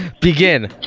Begin